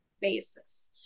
basis